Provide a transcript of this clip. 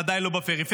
ודאי לא בפריפריה,